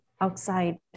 outside